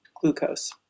glucose